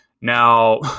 Now